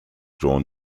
drawn